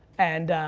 and